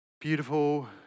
beautiful